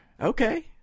okay